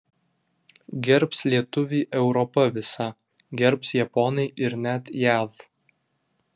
gerbs lietuvį europa visa gerbs japonai ir net jav